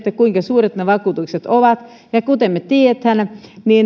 kuinka suuret ne vakuutukset ovat ja kuten me tiedämme